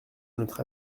notre